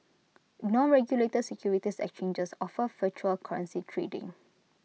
no regulated securities exchanges offer virtual currency trading